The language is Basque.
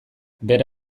bere